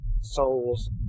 souls